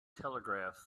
telegraph